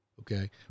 Okay